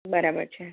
બરાબર છે